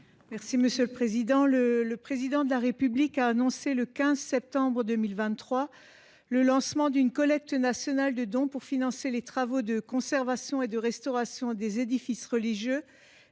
est à Mme Sabine Drexler. Le Président de la République a annoncé, le 15 septembre 2023, le lancement d’une collecte nationale de dons pour financer les travaux de conservation et de restauration des édifices religieux